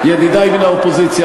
ידידי מן האופוזיציה,